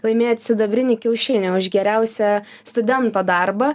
laimėjot sidabrinį kiaušinį už geriausią studento darbą